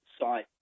site